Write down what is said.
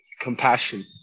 compassion